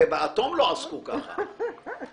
באטום לא עסקו ככה.